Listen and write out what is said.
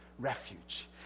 refuge